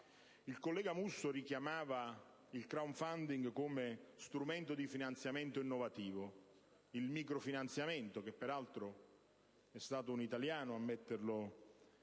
Il senatore Musso ha richiamato il *crowdfunding* come strumento di finanziamento innovativo, il microfinanziamento, che peraltro è stato un italiano ad adottare e